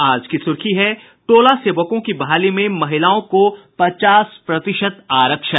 आज की सुर्खी है टोला सेवकों की बहाली में महिलाओं को पचास प्रतिशत आरक्षण